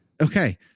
okay